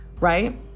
right